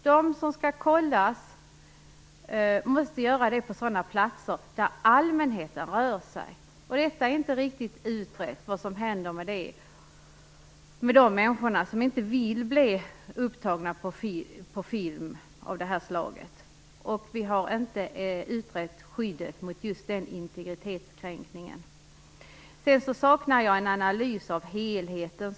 De som skall kollas måste kollas på sådana platser där allmänheten rör sig. Det är inte riktigt utrett vad som händer med de människor som inte vill bli upptagna på film av det här slaget. Vi har inte utrett skyddet mot just den integritetskränkningen. Jag saknar som vanligt också en analys av helheten.